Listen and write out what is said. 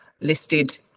listed